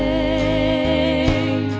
a